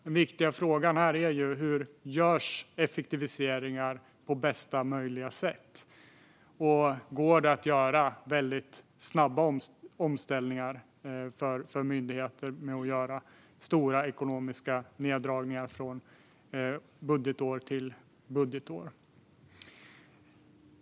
Den viktiga frågan är hur effektiviseringar görs på bästa möjliga sätt. Går det att göra snabba omställningar för myndigheter genom stora ekonomiska neddragningar från budgetår till budgetår?